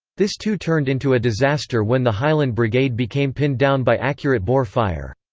this too turned into a disaster when the highland brigade became pinned down by accurate boer fire.